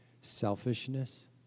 selfishness